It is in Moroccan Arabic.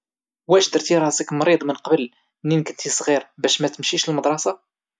واش درتي راسك مريض من قبل منين كنت صغير باش ما تمشيش للمدرسة؟